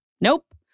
Nope